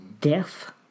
death